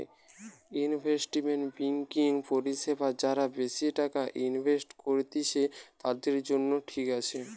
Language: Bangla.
ইনভেস্টমেন্ট বেংকিং পরিষেবা যারা বেশি টাকা ইনভেস্ট করত্তিছে, তাদের জন্য ঠিক আছে